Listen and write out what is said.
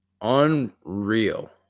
Unreal